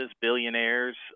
billionaires